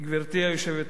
גברתי היושבת בראש,